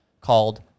called